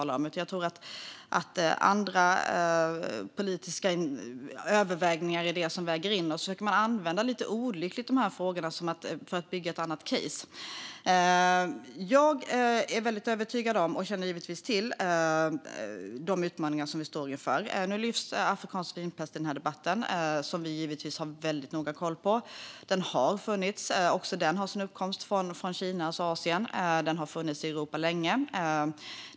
Jag tror att det är andra politiska överväganden som vägs in, och så försöker man lite olyckligt att använda de här frågorna för att bygga ett annat case. Jag är väldigt övertygad om och känner givetvis till de utmaningar som vi står inför. Nu lyfts afrikansk svinpest i debatten, något som vi givetvis har väldigt noga koll på. Också den har sin uppkomst i Kina och Asien och har funnits i Europa länge.